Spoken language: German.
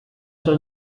soll